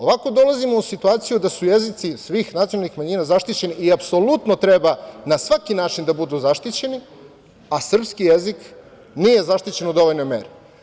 Ovako dolazimo u situaciju da su jezici svih nacionalnih manjina zaštićeni, i apsolutno treba na svaki način da budu zaštićeni, a srpski jezik nije zaštićen u dovoljnoj meri.